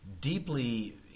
deeply